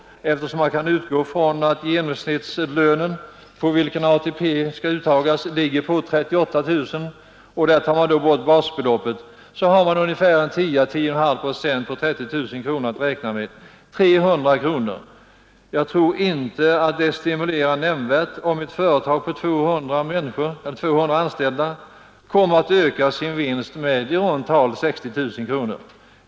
Om man utgår från att genomsnittslönen på vilken ATP skall uttas ligger på 38 000 kronor och tar bort basbeloppet kan man alltså räkna med ett uttag på 10 å 10,5 procent på 30000 kronor. En sänkning av ATP-avgiften med 1 procent skulle då innebära en minskning med 300 kronor per år och anställd. Ett företag med 200 anställda skulle alltså öka sin vinst med i runt tal 60 000 kronor.